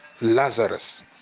lazarus